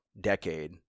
decade